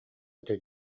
этэ